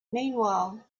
meanwhile